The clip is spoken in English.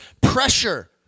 pressure